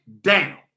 down